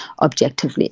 objectively